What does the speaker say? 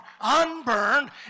unburned